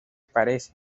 parece